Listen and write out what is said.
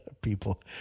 people